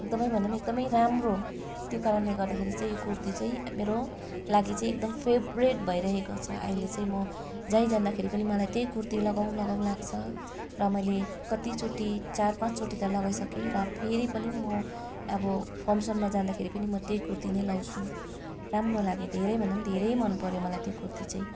एकदमै भनौँ एकदमै राम्रो त्यो कारणले गर्दाखेरि चाहिँ यो कुर्ती चाहिँ मेरो लागि चाहिँ एकदम फेभरेट भइरहेको छ अहिले चाहिँ म जहीँ जाँदाखेरि पनि मलाई त्यही कुर्ती लागाउँ लगाउँ लाग्छ र मैले कत्ति चोटि चार पाँच चोटि त लगाइसकेँ र फेरि पनि म अब फङ्सनमा जाँदाखेरि पनि म त्यही कुर्ती नै लगाउँछु राम्रो लाग्यो धेरै भन्दा नि धेरै मन पर्यो मलाई त्यो कुर्ती चाहिँ